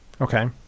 Okay